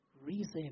reason